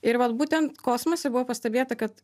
ir vat būtent kosmose buvo pastebėta kad